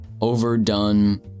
overdone